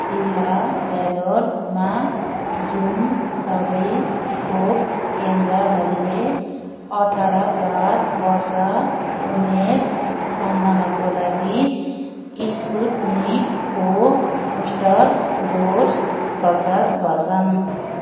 जिल्ला भेल्लोरमा जुन सबै खोप केन्द्रहरूले अठार प्लस वर्ष उमेर समूहको लागि स्पुत्निकको बुस्टर डोज प्रस्ताव गर्छन्